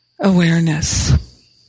awareness